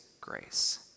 grace